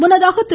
முன்னதாக திரு